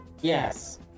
Yes